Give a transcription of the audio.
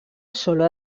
solo